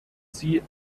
sie